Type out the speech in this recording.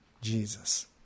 Jesus